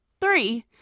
three